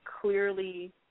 clearly